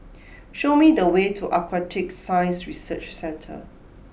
show me the way to Aquatic Science Research Centre